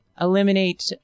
eliminate